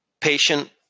patient